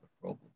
problem